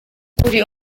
uri